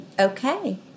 Okay